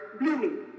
blooming